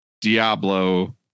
Diablo